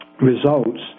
results